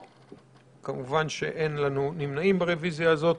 כמובן שאין לנו נמנעים ברביזיה הזאת.